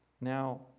Now